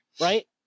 right